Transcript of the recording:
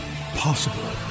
possible